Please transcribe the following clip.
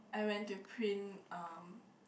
I went to print um